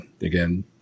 again